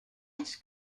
ice